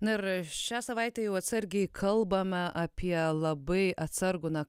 na ir šią savaitę jau atsargiai kalbame apie labai atsargų na